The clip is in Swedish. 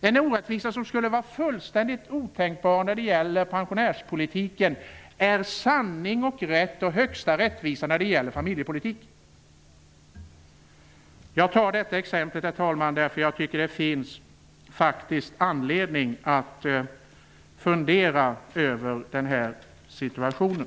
en orättvisa som skulle vara fullständigt otänkbar när det gäller pensionärspolitiken är sanning, rätt och högsta rättvisa när det gäller familjepolitik! Herr talman! Jag tar detta exempel eftersom jag tycker att det finns anledning att fundera över denna situation.